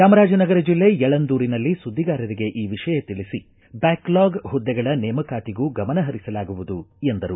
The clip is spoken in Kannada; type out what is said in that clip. ಚಾಮರಾಜನಗರ ಜಿಲ್ಲೆ ಯಳಂದೂರಿನಲ್ಲಿ ಸುದ್ದಿಗಾರರಿಗೆ ಈ ವಿಷಯ ತಿಳಿಸಿ ಬ್ಯಾಕ್ಲಾಗ್ ಹುದ್ದೆಗಳ ನೇಮಕಾತಿಗೂ ಗಮನ ಪರಿಸಲಾಗುವುದು ಎಂದರು